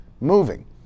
moving